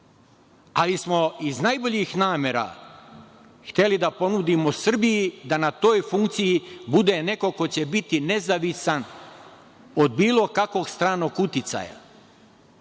Ali smo iz najboljih namera hteli da ponudimo Srbiji da na toj funkciji bude neko ko će biti nezavistan od bilo kakvog stranog uticaja.I